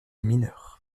mineur